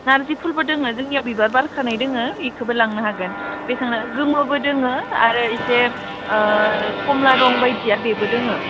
नारजि फुलबो दोङो जोंनियाव बिबार बारखानाय दोङो इखौबो लांनो हागोन गोमोबो दोङो आरो एसे खमला रं बायदिया बेबो दोङो